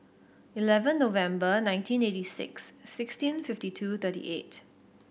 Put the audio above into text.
eleven November nineteen eighty six sixteen fifty two thirty eight